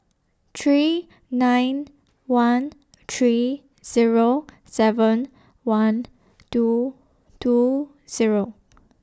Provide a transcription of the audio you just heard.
three nine one three Zero seven one two two Zero